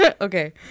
okay